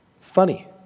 funny